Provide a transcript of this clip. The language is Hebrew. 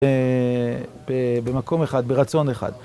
במקום אחד, ברצון אחד.